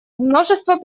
множество